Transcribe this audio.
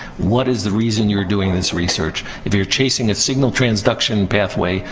what is the reason you're doing this research? if you're chasing a signal transduction pathway,